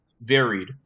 varied